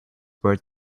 word